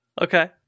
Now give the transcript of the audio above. okay